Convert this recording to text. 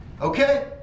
okay